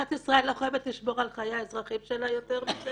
מדינת ישראל לא חייבת לשמור על חיי האזרחים שלה יותר?